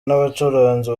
n’abacuranzi